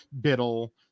Biddle